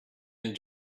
and